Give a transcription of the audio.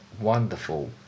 wonderful